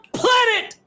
planet